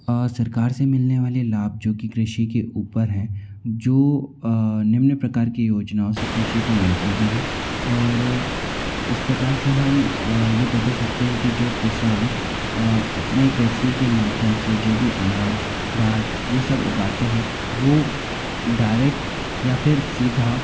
हाँ सरकार से मिलने वाले लाभ जो कि कृषि के ऊपर हैं जो निम्न प्रकार की योजनाओं से कृषि को मिलते भी हैं और इस प्रकार से हम ये बता सकते हैं कि जो किसान अपने कृषि के माध्यम से जो भी अनाज दाल ये सब उगाते हैं वो डायरेक्ट या फिर सीधा